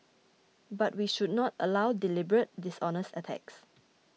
but we should not allow deliberate dishonest attacks